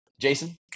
Jason